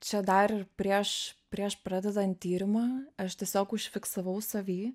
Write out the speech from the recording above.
čia dar prieš prieš pradedant tyrimą aš tiesiog užfiksavau savy